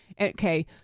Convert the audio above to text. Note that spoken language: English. Okay